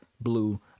blue